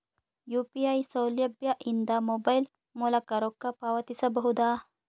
UPI ಸೌಲಭ್ಯ ಇಂದ mobile ಮೂಲಕ ರೊಕ್ಕ ಪಾವತಿಸ ಬಹುದಾ?